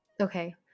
Okay